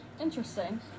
Interesting